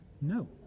No